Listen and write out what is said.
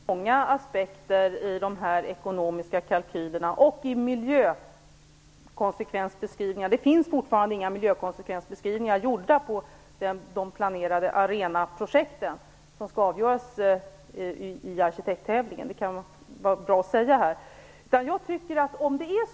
Herr talman! Det finns många aspekter på de här ekonomiska kalkylerna, och några miljökonsekvensbeskrivningar har fortfarande inte gjorts på de planerade arenaprojekt som skall avgöras i arkitekttävlingen. Det kan vara bra att påminna om det.